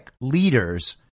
leaders